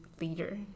leader